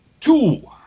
Two